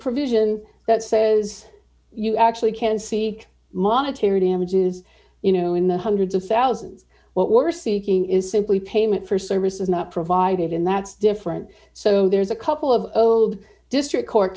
provision that says you actually can see monetary damages you know in the hundreds of thousands what we're seeking is simply payment for services not provided in that's different so there's a couple of old district court